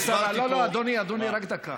אני הסברתי פה, לא, לא, אדוני, אדוני, רק דקה.